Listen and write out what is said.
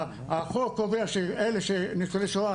החוק קובע שאלה שהם ניצולי שואה,